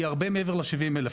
היא הרבה מעבר ל-70,000.